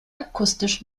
akustisch